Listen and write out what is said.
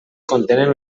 contenen